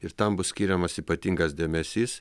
ir tam bus skiriamas ypatingas dėmesys